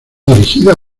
dirigida